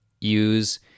use